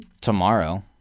tomorrow